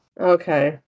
okay